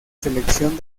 selección